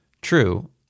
True